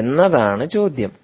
എന്നതാണ് ചോദ്യം